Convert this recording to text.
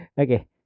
okay